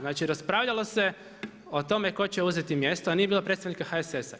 Znači raspravljalo se o tome tko će uzeti mjesto, a nije bilo predstavnika HSS-a.